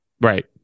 right